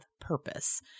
purpose